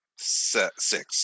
six